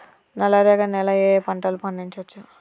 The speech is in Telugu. నల్లరేగడి నేల లో ఏ ఏ పంట లు పండించచ్చు?